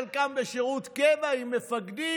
חלקם בשירות קבע עם מפקדים,